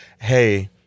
hey